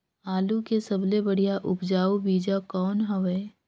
आलू के सबले बढ़िया उपजाऊ बीजा कौन हवय?